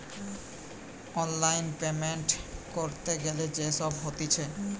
online payment ক্যরতে গ্যালে যে সব হতিছে